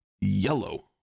yellow